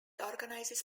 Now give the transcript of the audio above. organizes